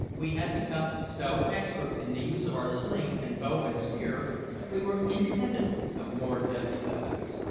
we had become so expert in the use of our sling and bow and spear that we were independent of more deadly weapons.